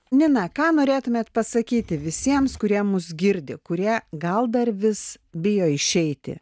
nina ką norėtumėt pasakyti visiems kurie mus girdi kurie gal dar vis bijo išeiti